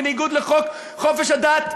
בניגוד לחוק חופש הדת,